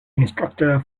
instructor